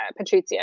Patrizia